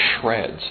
shreds